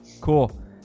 cool